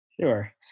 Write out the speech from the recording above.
Sure